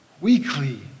weekly